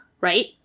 Right